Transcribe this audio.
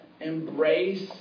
embrace